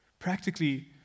Practically